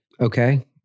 Okay